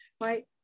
right